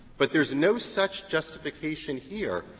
but there's no such justification here.